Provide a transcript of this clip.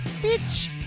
bitch